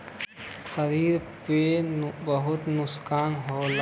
शरीर पे बहुत नुकसान होला